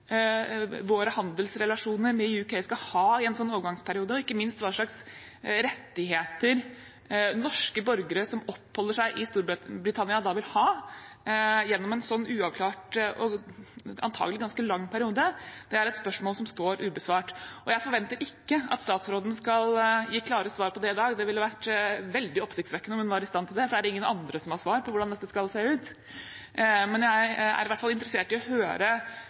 våre handelsrelasjoner med UK skal ha i en sånn overgangsperiode, og ikke minst hva slags rettigheter norske borgere som oppholder seg i Storbritannia, da vil ha gjennom en sånn uavklart og antakelig ganske lang periode, er et spørsmål som står ubesvart. Jeg forventer ikke at statsråden skal gi klare svar på det i dag. Det ville vært veldig oppsiktsvekkende om hun var i stand til det, for det er ingen andre som har svar på hvordan dette skal se ut. Men jeg er i hvert fall interessert i å høre